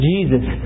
Jesus